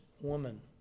woman